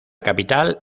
capital